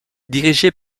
dirigé